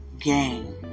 game